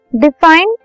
define